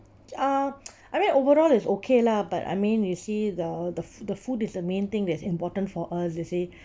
ah I mean overall is okay lah but I mean you see the the fo~ the food is the main thing that's important for us you see